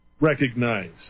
recognize